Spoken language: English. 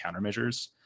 countermeasures